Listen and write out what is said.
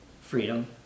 Freedom